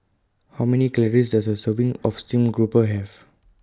How Many Calories Does A Serving of Steamed Grouper Have